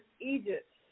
Egypt